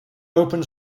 open